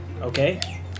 okay